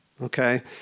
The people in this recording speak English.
okay